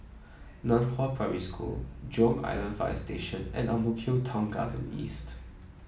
Nan Hua Primary School Jurong Island Fire Station and Ang Mo Kio Town Garden East